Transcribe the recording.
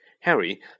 Harry